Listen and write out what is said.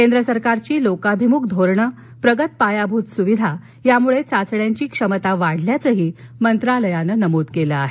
केंद्र्सरकारची लोकाभिमुख धोरणं प्रगत पायाभूत सुविधा यामुळे चाचण्यांची क्षमता वाढल्याचही मंत्रालयानं नमूद केलं आहे